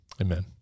Amen